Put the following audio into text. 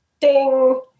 Ding